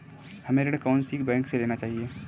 हमें ऋण कौन सी बैंक से लेना चाहिए?